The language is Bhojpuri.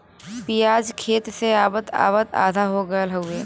पियाज खेत से आवत आवत आधा हो गयल हउवे